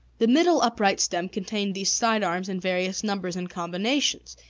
the middle upright stem contained these side-arms in various numbers and combinations.